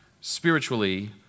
spiritually